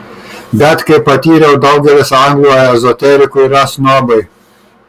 bet kaip patyriau daugelis anglų ezoterikų yra snobai